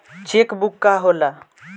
Check book का होला?